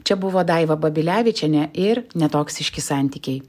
čia buvo daiva babilevičienė ir netoksiški santykiai